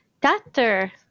Doctor